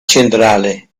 centrale